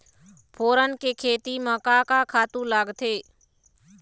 फोरन के खेती म का का खातू लागथे?